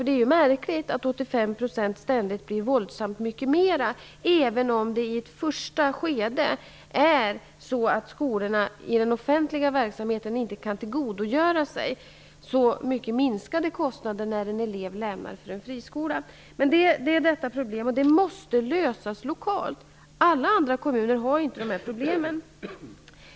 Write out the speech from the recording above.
Det är märkligt att 85 % ständigt blir våldsamt mycket mer, även om skolorna i den offentliga verksamheten i ett första skede inte kan tillgodogöra sig så mycket minskade kostnader när en elev lämnar skolan för en friskola. Men detta problem måste lösas lokalt. Alla kommuner har inte de problemen.